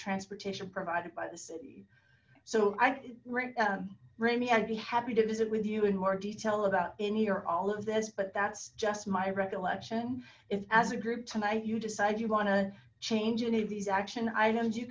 transportation provided by the city so i write rainy i'd be happy to visit with you in more detail about any or all of this but that's just my recollection if as a group tonight you decide you want to change any of these action items you